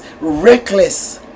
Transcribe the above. Reckless